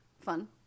Fun